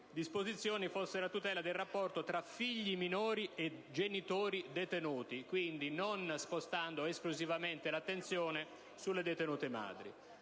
disposizioni fossero a tutela del rapporto tra figli minori e genitori detenuti, quindi non spostando esclusivamente l'attenzione sulle detenute madri.